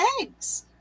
eggs